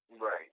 Right